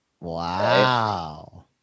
Wow